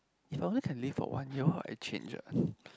if I only can live for one year what will I change ah